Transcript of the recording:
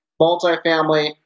multifamily